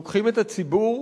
לוקחים את הציבור,